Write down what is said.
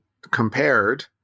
compared